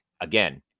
again